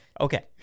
Okay